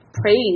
praise